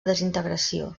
desintegració